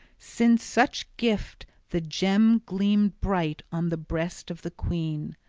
since such gift the gem gleamed bright on the breast of the queen.